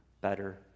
better